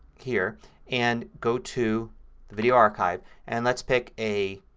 here and go to video archive. and let's pick a